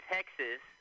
Texas